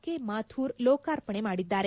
K Mathur ಲೋಕಾರ್ಪಣೆ ಮಾಡಿದ್ದಾರೆ